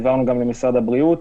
העברנו גם למשרד הבריאות: